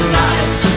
life